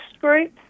groups